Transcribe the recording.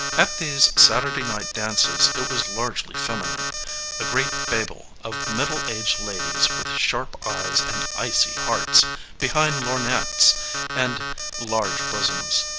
at these saturday-night dances it was largely feminine a great babel of middle-aged ladies with sharp eyes and icy hearts behind lorgnettes and large bosoms.